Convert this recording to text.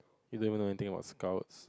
you don't even know anything about scouts